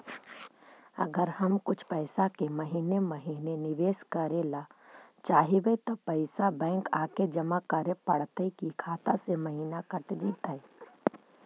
अगर हम कुछ पैसा के महिने महिने निबेस करे ल चाहबइ तब पैसा बैक आके जमा करे पड़तै कि खाता से महिना कट जितै?